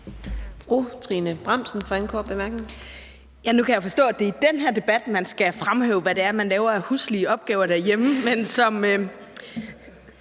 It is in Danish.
Trine Bramsen (S): Nu kan jeg forstå, at det er i den her debat, man skal fremhæve, hvad det er, man laver af huslige opgaver derhjemme, men som